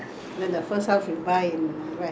we applied tanglin halt we were renting